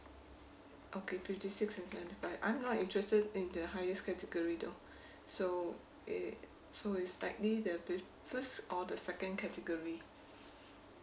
okay fifty six and seventy five I'm not interested in the highest category though so it so it's likely there'll be first or the second category